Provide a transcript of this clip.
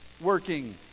working